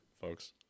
folks